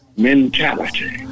mentality